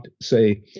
say